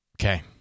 Okay